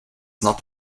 not